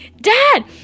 dad